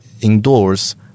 indoors